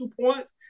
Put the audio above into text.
points